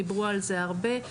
דיברו על זה הרבה,